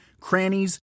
crannies